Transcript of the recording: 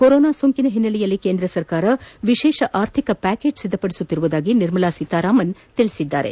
corona ಸೋಂಕಿನ ಹಿನ್ನೆಲೆಯಲ್ಲಿ ಕೇಂದ್ರ ಸರ್ಕಾರ ವಿಶೇಷ ಆರ್ಥಿಕ ಪ್ರಾಕೇಜನ್ನು ಸಿದ್ದಪಡಿಸುತ್ತಿದೆ ಎಂದು ನಿರ್ಮಲಾ ಸೀತಾರಾಮನ್ ತಿಳಿಸಿದರು